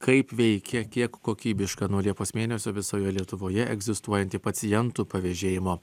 kaip veikia kiek kokybiška nuo liepos mėnesio visoje lietuvoje egzistuojanti pacientų pavežėjimo